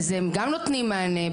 גם צהרונים נותנים מענה,